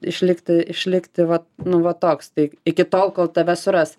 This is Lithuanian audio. išlikti išlikti va nu va toks tai iki tol kol tave suras